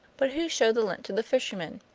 but who showed the lint to the fisherman?